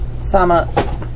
Sama